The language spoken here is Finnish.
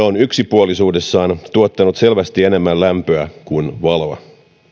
on yksipuolisuudessaan tuottanut selvästi enemmän lämpöä kuin valoa